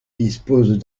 disposent